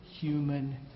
human